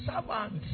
servants